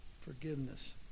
forgiveness